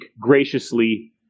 graciously